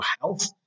health